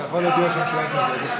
אתה יכול להודיע שהממשלה מתנגדת,